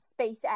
SpaceX